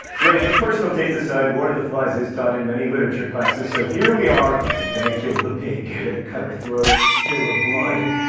right, but personal taste aside, lord of the flies is taught in many literature classes, so here we are. we're gonna kill the pig. we're gonna cut her throat, spill her blood.